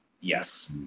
Yes